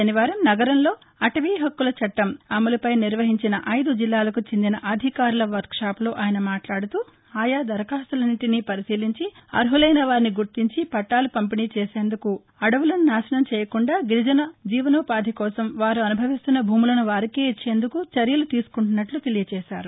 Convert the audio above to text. శనివారం నగరంలో అటవీ హక్కుల చట్టం ఆర్వోఎఫ్ఆర్ అమలుపై నిర్వహించిన అయిదు జిల్లాలకు చెందిన అధికారుల వర్క్షాప్లో ఆయన మాట్లాడుతూ ఆయా దరఖాస్తులన్నింటినీ పరిశీలించి అర్మలైన వారిని గుర్తించి పట్టాలు పంపిణీ చేసేందుకు అడవులను నాశనం చేయకుండా గిరిజనుల జీవనోపాధి కోసం వారు అనుభవిస్తున్న భూములను వారికే ఇచ్చేందుకు చర్యలు తీసుకుంటున్నట్లు ఆయన తెలియచేసారు